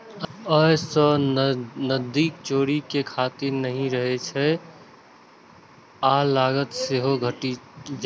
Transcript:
अय सं नकदीक चोरी के खतरा नहि रहै छै आ लागत सेहो घटि जाइ छै